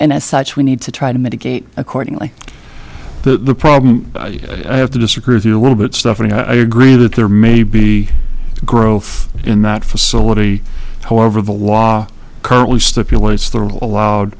and as such we need to try to mitigate accordingly the problem i have to disagree with you a little bit stuff and i agree that there may be growth in that facility however the law currently stipulates th